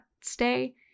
stay